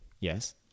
Yes